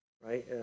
Right